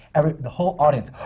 the whole audience,